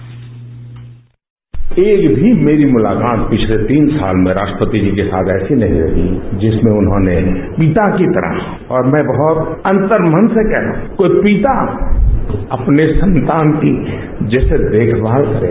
bite PM मेरी एक भी मुलाकात पिछले तीन साल में राष्ट्रपति जी के साथ ऐसी नहीं रही जिसमें उन्होंने पिता की तरह और मैं बहुत अंतर्मन से कहता हूं कि वो एक पिता अपने संतान की जैसे देखभाल करे